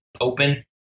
open